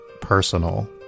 personal